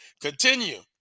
Continue